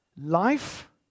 Life